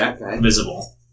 visible